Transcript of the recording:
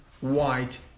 white